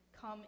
come